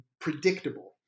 predictable